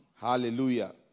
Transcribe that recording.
Hallelujah